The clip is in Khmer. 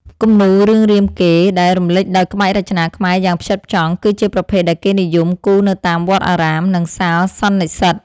គំនូរ រឿងរាមកេរ្តិ៍ ដែលរំលេចដោយក្បាច់រចនាខ្មែរយ៉ាងផ្ចិតផ្ចង់ គឺជាប្រភេទដែលគេនិយមគូរនៅតាមវត្តអារាម និងសាលសន្និសីទ។